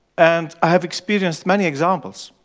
and i have experienced many examples.